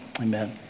amen